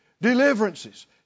Deliverances